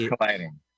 colliding